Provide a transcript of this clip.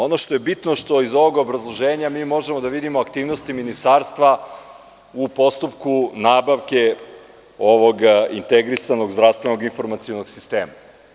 Ono što je bitno, što iz ovog obrazloženja mi možemo da vidimo, aktivnosti ministarstva u postupku nabavke ovog integrisanog zdravstvenog informacionog sistema.